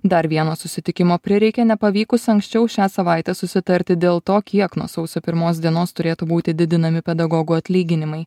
dar vieno susitikimo prireikė nepavykus anksčiau šią savaitę susitarti dėl to kiek nuo sausio pirmos dienos turėtų būti didinami pedagogų atlyginimai